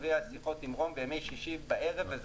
היו שיחות עם רון בימי שישי בערב על זה,